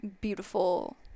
beautiful